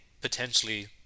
potentially